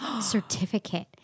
Certificate